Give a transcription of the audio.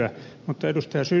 mutta ed